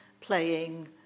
playing